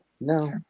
No